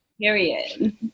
Period